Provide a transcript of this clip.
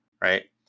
right